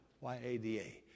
Y-A-D-A